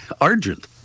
Argent